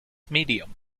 medium